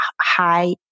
high